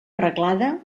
arreglada